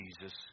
Jesus